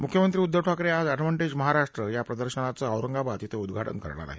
मुख्यमंत्री उद्धव ठाकरे आज एडव्हान्टेज महाराष्ट्र या प्रदर्शनाचं औरंगाबाद इथं उद्घाटन करणार आहेत